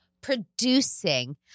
producing